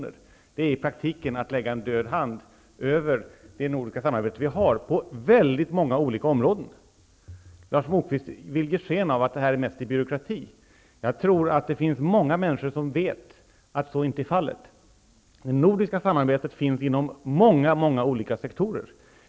Detta är i praktiken att lägga en död hand över det nordiska samarbete vi har på väldigt många olika områden. Lars Moquist vill ge sken av det mest rör sig om byråkrati. Jag tror att många människor vet att så inte är fallet. Det nordiska samarbetet finns inom många, många olika sektorer.